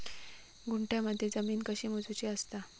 गुंठयामध्ये जमीन कशी मोजूची असता?